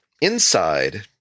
Inside